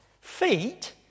feet